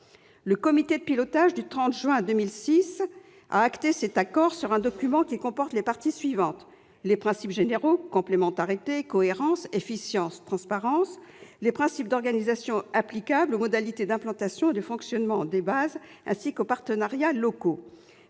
Le comité de pilotage du 30 juin 2016 a entériné cet accord dans un document qui comporte les éléments suivants : les principes généraux, à savoir complémentarité, cohérence, efficience et transparence ; les principes d'organisation applicables aux modalités d'implantation et de fonctionnement des bases, ainsi qu'aux partenariats locaux